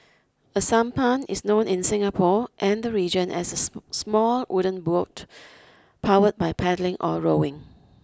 a sampan is known in Singapore and the region as a small wooden boat powered by paddling or rowing